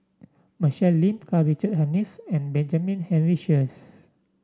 Michelle Lim Karl Richard Hanitsch and Benjamin Henry Sheares